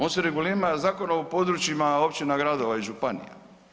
On se regulira Zakonom o područjima općina, gradova i županija.